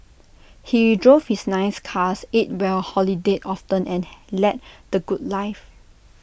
he drove his nice cars ate well holidayed often and led the good life